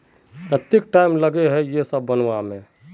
केते टाइम लगे है ये सब बनावे में?